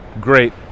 great